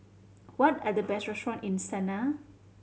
what are the best restaurant in Sanaa